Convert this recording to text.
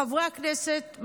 חברי הכנסת,